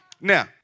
Now